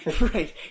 right